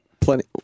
Plenty